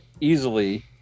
easily